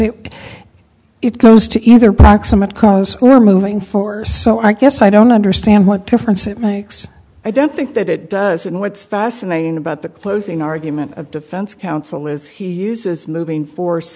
it it goes to either proximate cause we're moving for so i guess i don't understand what difference it makes i don't think that it does and what's fascinating about the closing argument of defense counsel is he uses moving force